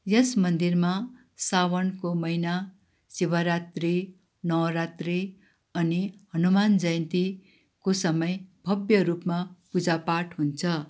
यस मन्दिरमा सावणको महिना शिवरात्री नवरात्री अनि हनुमान जयन्तीको समय भव्य रूपमा पूजा पाठ हुन्छ